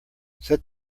set